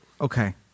Okay